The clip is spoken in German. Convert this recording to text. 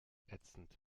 ätzend